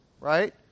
right